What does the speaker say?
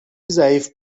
ضعیف